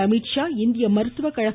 அமீத்ஷா இந்திய மருத்துவக்கழக